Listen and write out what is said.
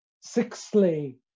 Sixthly